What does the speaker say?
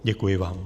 Děkuji vám.